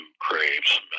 craves